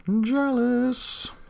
jealous